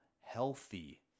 healthy